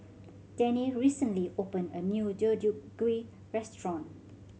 Dennie recently opened a new Deodeok Gui restaurant